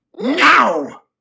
Now